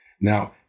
Now